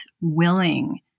willing